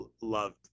loved